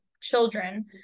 children